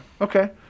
okay